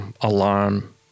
alarm